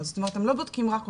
זאת אומרת הם לא בודקים רק אותך,